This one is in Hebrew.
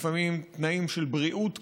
לפעמים תנאים של בריאות קשה,